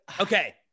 Okay